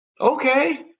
okay